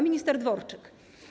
Minister Dworczyk.